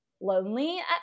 lonely